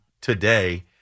today